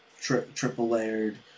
triple-layered